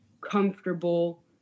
comfortable